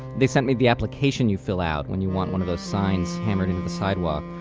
they sent me the application you fill out when you want one of those signs hammered sidewalk.